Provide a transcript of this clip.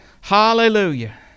Hallelujah